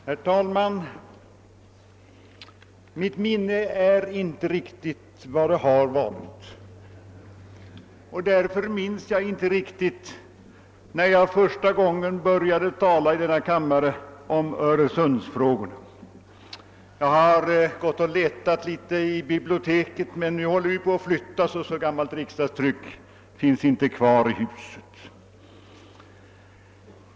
Herr talman! Mitt minne är inte riktigt vad det har varit, och därför minns jag inte exakt när jag första gången började tala i denna kammare om Öresundsfrågorna. Jag har gått och letat litet i biblioteket, men nu håller vi på att flytta och så gammalt riksdagstryck finns inte kvar i huset.